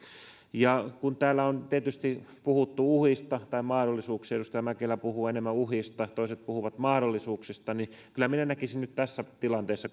ja kun täällä on tietysti puhuttu uhista tai mahdollisuuksista edustaja mäkelä puhuu enemmän uhista toiset puhuvat mahdollisuuksista niin kyllä minä näkisin nyt tässä tilanteessa